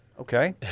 Okay